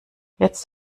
jetzt